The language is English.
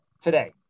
today